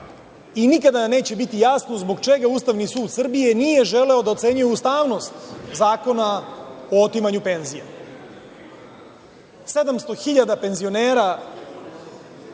i nikada nam neće biti jasno zbog čega Ustavni sud Srbije nije želeo da ocenjuje ustavnost zakona o otimanju penzija. Sedamsto hiljada penzionera